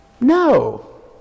No